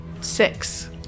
Six